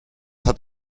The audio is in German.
hat